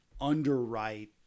underwrite